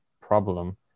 problem